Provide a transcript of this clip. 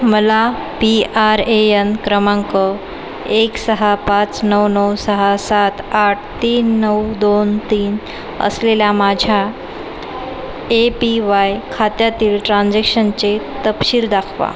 मला P R A N क्रमांक एक सहा पाच नऊ नऊ सहा सात आठ तीन नऊ दोन तीन असलेल्या माझ्या ए पी वाय खात्यातील ट्रान्जॅक्शनचे तपशील दाखवा